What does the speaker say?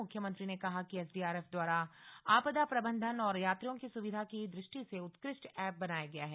मुख्यमंत्री ने कहा कि एसडीआरएफ द्वारा आपदा प्रबंधन और यात्रियों की सुविधा की दृष्टि से उत्कृष्ट एप बनाया गया है